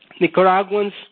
Nicaraguans